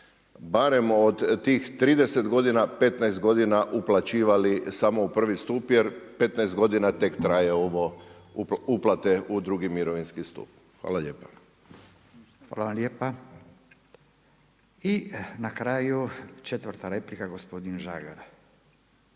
barem od tih 30 godina 15 godina uplaćivali samo u prvi stup jer 15 godina tek traje ovo uplate u drugi mirovinski stup. Hvala lijepa. **Radin, Furio (Nezavisni)** Hvala i vama. I na kraju četvrta replika gospodin Žagar.